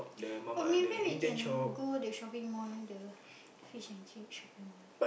or maybe we can go the shopping mall the fish and chip shopping mall